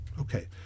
Okay